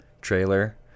trailer